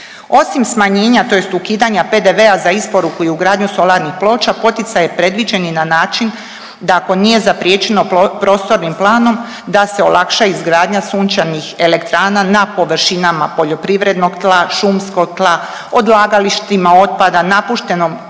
Osim smanjenja tj. ukidanja PDV-a za isporuku i ugradnju solarnih ploča, poticaj je predviđen i na način da ako nije zapriječeno prostornim planom, da se olakša izgradnja sunčanih elektrana na površinama poljoprivrednog tla, šumskog tla, odlagalištima otpada, napuštenom